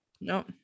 no